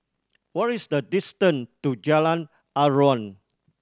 what is the distant to Jalan Aruan